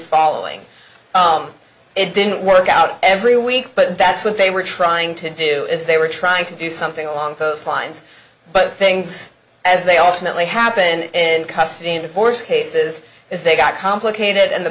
following it didn't work out every week but that's what they were trying to do if they were trying to do something along those lines but things as they all smoothly happen and custody and force cases is they got complicated and the